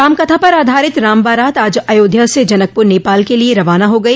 रामकथा पर आधारित राम बारात आज अयोध्या से जनकपुर नेपाल के लिये रवाना हो गई